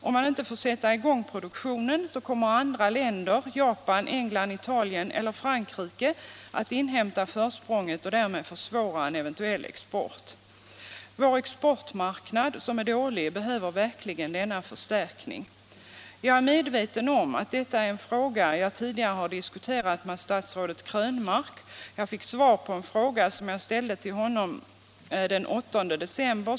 Om man inte får sätta i gång produktionen, kommer andra länder — Japan, England, Italien eller Frankrike — att inhämta försprånget och därmed försvåra en eventuell export. Vår exportmarknad, som är dålig, behöver verkligen denna förstärkning. Detta är en fråga som jag tidigare har diskuterat med statsrådet Krönmark, och den hör egentligen hemma hos honom. Jag fick svar på en fråga som jag ställde till honom den 8 december.